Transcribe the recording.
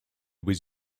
was